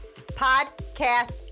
Podcast